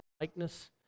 likeness